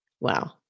Wow